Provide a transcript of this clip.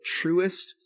truest